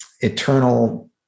eternal